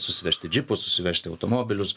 susivežti džipus susivežti automobilius